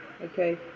Okay